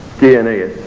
dna it,